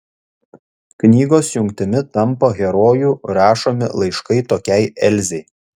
knygos jungtimi tampa herojų rašomi laiškai tokiai elzei